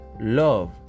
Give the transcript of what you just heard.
love